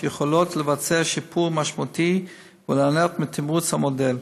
יכולות לבצע שיפור משמעותי וליהנות מתמרוץ המוגדל.